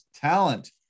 talent